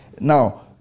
Now